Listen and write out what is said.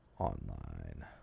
online